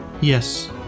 Yes